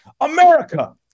America